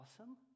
awesome